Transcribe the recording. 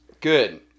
Good